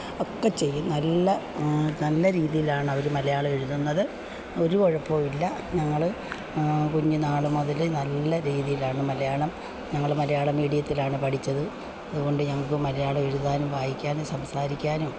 ഒക്കെ ചെയ്യും നല്ല നല്ല രീതിയിലാണ് അവർ മലയാളം എഴുതുന്നത് ഒരു കുഴപ്പവും ഇല്ല ഞങ്ങൾ കുഞ്ഞുന്നാൾ മുതൽ നല്ല രീതിയിലാണ് മലയാളം ഞങ്ങൾ മലയാളം മീഡിയത്തിലാണ് പഠിച്ചത് അതുകൊണ്ട് ഞങ്ങൾക്ക് മലയാളം എഴുതാനും വായിക്കാനും സംസാരിക്കാനും